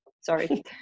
sorry